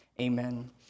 amen